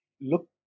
look